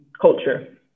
culture